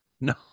No